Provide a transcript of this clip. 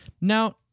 Now